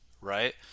right